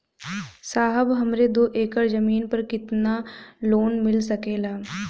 साहब हमरे दो एकड़ जमीन पर कितनालोन मिल सकेला?